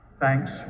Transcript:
Thanks